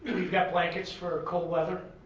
we've got blankets for cold weather,